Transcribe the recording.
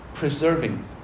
preserving